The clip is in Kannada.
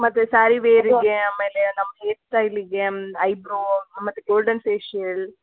ಮತ್ತು ಸಾರೀ ವೇರ್ಗೆ ಆಮೇಲೆ ನಮ್ ಹೇರ್ಸ್ಟೈಲಿಗೆ ಐಬ್ರೋ ಮತ್ತು ಗೋಲ್ಡನ್ ಫೇಶಿಯಲ್